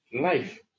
life